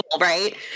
right